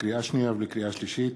לקריאה שנייה ולקריאה שלישית,